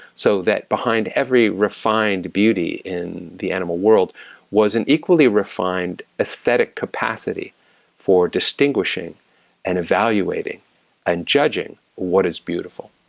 so that behind every refined beauty in the animal world was an equally refined aesthetic capacity for distinguishing and evaluating and judging what is beautiful.